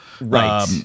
right